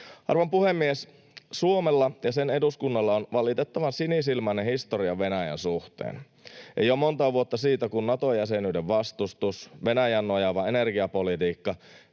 Arvon puhemies! Suomella ja sen eduskunnalla on valitettavan sinisilmäinen historia Venäjän suhteen. Ei ole montaa vuotta siitä, kun Nato-jäsenyyden vastustus, Venäjään nojaava energiapolitiikka,